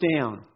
down